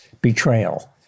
betrayal